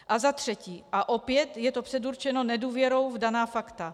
A za třetí, a opět je to předurčeno nedůvěrou v daná fakta.